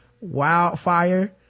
wildfire